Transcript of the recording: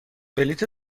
بلیت